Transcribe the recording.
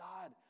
God